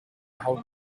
how